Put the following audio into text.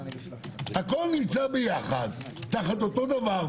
הכול נמצא יחד תחת אותו דבר,